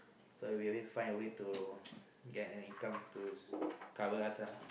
so we always find a way to get an income to cover us ah